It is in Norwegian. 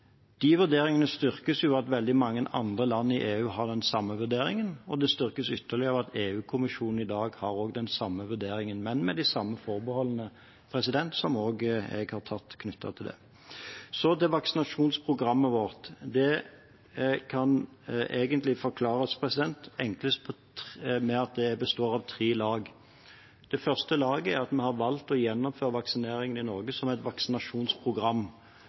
De vurderingene styrkes av at veldig mange andre land i EU har den samme vurderingen, og det styrkes ytterligere av at EU-kommisjonen i dag også har den samme vurderingen, men med de samme forbeholdene som også jeg har tatt knyttet til det. Så til vaksinasjonsprogrammet vårt. Det kan egentlig forklares enklest med at det består av tre lag. Det første laget er at vi har valgt å gjennomføre vaksineringen i Norge som et vaksinasjonsprogram.